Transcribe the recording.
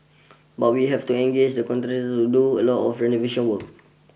but we have to engage a contractor to do a lot of renovation work